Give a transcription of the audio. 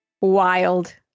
Wild